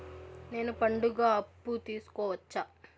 నేను పండుగ అప్పు తీసుకోవచ్చా?